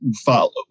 follow